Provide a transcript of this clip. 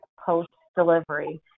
post-delivery